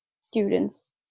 students